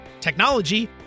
technology